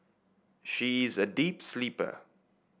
she is a deep sleeper